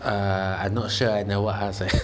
uh I'm not sure I never ask eh